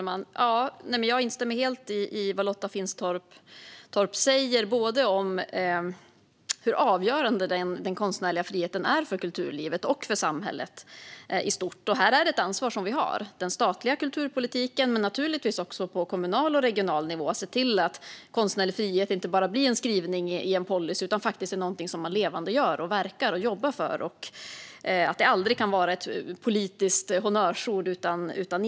Fru talman! Jag instämmer helt i vad Lotta Finstorp säger om hur avgörande den konstnärliga friheten är för kulturlivet och för samhället i stort. Vi har ansvar - i den statliga kulturpolitiken men naturligtvis också på kommunal och regional nivå - för att se till att konstnärlig frihet inte bara blir en skrivning i en policy utan är någonting som man levandegör och verkar och jobbar för. Det ska aldrig vara ett politiskt honnörsord utan innebörd.